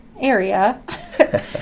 area